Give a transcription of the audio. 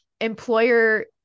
employer